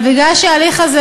אבל מכיוון שההליך הזה,